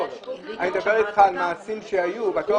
יעלה את כל הנוסעים בתחנה